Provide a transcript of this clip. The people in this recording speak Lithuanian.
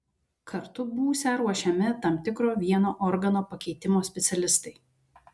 kartu būsią ruošiami tam tikro vieno organo pakeitimo specialistai